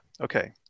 okay